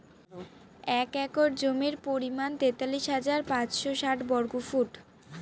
এক একর জমির পরিমাণ তেতাল্লিশ হাজার পাঁচশ ষাট বর্গফুট